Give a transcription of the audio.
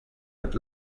but